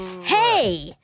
Hey